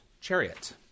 chariot